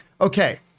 okay